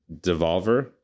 Devolver